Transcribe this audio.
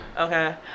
Okay